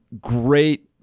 great